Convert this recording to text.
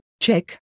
check